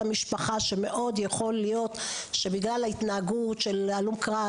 המשפחה שמאוד יכול להיות שבגלל ההתנהגות של הלום קרב,